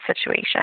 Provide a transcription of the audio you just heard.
situation